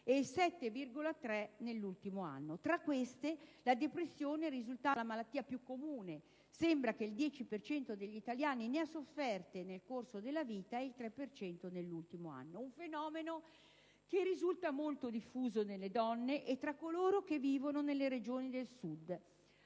cento nell'ultimo anno. Tra queste, la depressione è risultata la malattia più comune. Sembra che il 10 per cento degli italiani ne ha sofferto nel corso della vita ed il 3 per cento nell'ultimo anno. Un fenomeno che risulta molto diffuso nelle donne e tra coloro che vivono nelle Regioni del Sud.